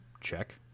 Check